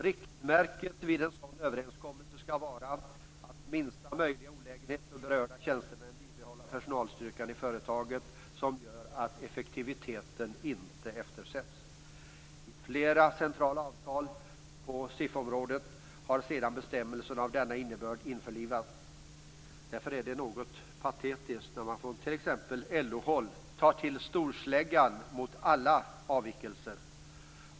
Riktmärket vid en sådan överenskommelse skall vara att med minsta möjliga olägenhet för berörda tjänstemän bibehålla en personalstyrka i företaget som gör att effektiviteten inte eftersätts. I flera centrala avtal på SIF-området har sedan bestämmelser av denna innebörd införlivats. Därför är det något patetiskt då man från t.ex. LO-håll tar till storsläggan mot alla avvikelser.